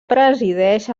presideix